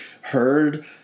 heard